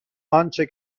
آنچه